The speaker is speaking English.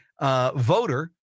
voter